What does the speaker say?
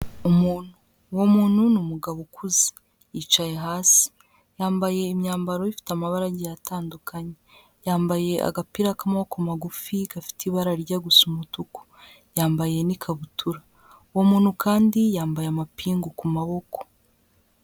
Umuntu, uwo muntu ni umugabo ukuze yicaye hasi, yambaye imyambaro ifite amabara agiye atandukanye, yambaye agapira k'amaboko magufi gafite ibara ryijya gusa umutuku, yambaye n'ikabutura, uwo muntu kandi yambaye amapingu ku maboko.